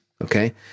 Okay